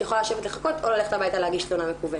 את יכולה לשבת לחכות או ללכת הביתה להגיש תלונה מקוונת.